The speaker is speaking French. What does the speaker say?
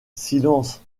silence